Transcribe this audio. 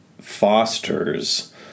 fosters